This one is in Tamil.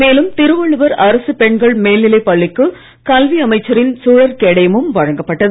மேலும் திருவள்ளுவர் அரசுப் பெண்கள் மேல்நிலைப் பள்ளிக்கு கல்வி அமைச்சரின் சுழற் கேடயமும் வழங்கப்பட்டது